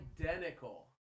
identical